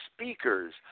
speakers